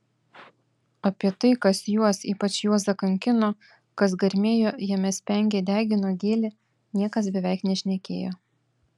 apie tai kas juos ypač juozą kankino kas garmėjo jame spengė degino gėlė niekas beveik nešnekėjo